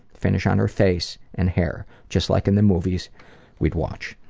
finish on her face and hair, just like in the movies we'd watch.